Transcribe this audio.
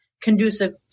conducive